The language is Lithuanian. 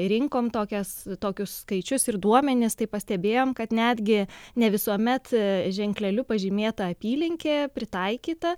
rinkom tokias tokius skaičius ir duomenis tai pastebėjom kad netgi ne visuomet ženkleliu pažymėta apylinkė pritaikyta